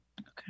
Okay